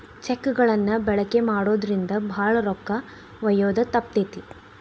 check ಗಳನ್ನ ಬಳಕೆ ಮಾಡೋದ್ರಿಂದ ಭಾಳ ರೊಕ್ಕ ಒಯ್ಯೋದ ತಪ್ತತಿ